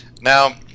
Now